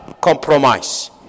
compromise